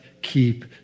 keep